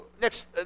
next